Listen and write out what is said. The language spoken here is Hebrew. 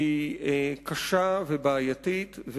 היא קשה ובעייתית.